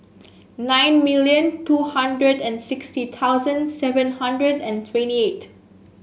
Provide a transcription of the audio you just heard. nine million two hundred and sixty thousand seven hundred and twenty eight